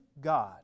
God